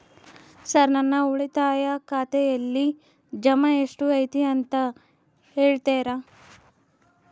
Sir ನನ್ನ ಉಳಿತಾಯ ಖಾತೆಯಲ್ಲಿ ಜಮಾ ಎಷ್ಟು ಐತಿ ಅಂತ ಹೇಳ್ತೇರಾ?